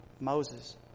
Moses